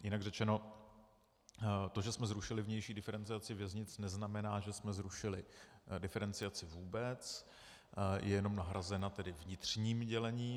Jinak řečeno, to, že jsme zrušili vnější diferenciaci věznic, neznamená, že jsme zrušili diferenciaci vůbec, je jenom nahrazena vnitřním dělením.